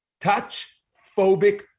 touch-phobic